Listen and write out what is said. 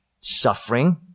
suffering